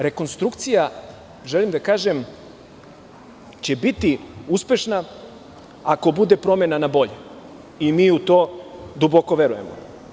Rekonstrukcija, želim da kažem da će biti uspešna ako bude promena na bolje i mi u to duboko verujemo.